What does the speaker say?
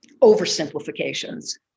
oversimplifications